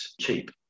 cheap